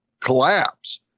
collapse